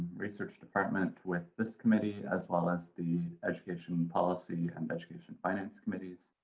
research department with this committee as well as the education policy and education finance committees.